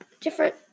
different